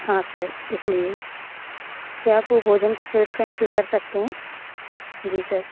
हाँ सर इसलिए क्या आप वे भोजन की प्लेट्स कैंसिल कर सकते हैं जी सर